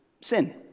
Sin